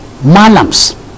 Malams